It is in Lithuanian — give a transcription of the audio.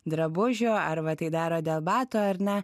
drabužių arba tai daro dėl batų ar ne